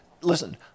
Listen